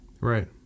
Right